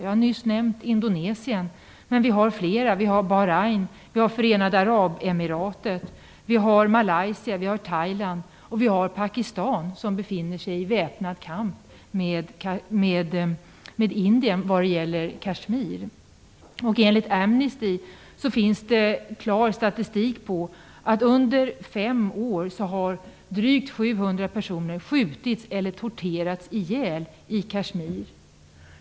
Jag har nyss nämnt Indonesien, men vi har fler. Vi har Bahrain, Förenade arabemiraten, Malaysia, Thailand, och vi har Pakistan, som befinner sig i väpnad kamp med Indien om Kaschmir. Enligt Amnesty finns det klar statistik på att under fem år har drygt 700 personer skjutits eller torterats i hjäl i Kaschmir.